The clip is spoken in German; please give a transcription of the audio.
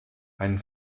einen